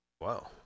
Wow